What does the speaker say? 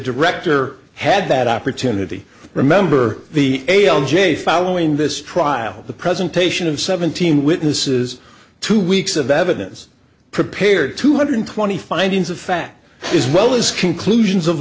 director had that opportunity remember the a on j following this trial the presentation of seventeen witnesses two weeks of evidence prepared two hundred twenty findings of fact is well his conclusions of